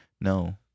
No